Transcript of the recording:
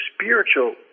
spiritual